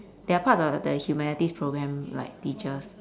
they're part of uh the humanities programme like teachers